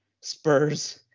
Spurs